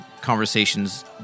conversations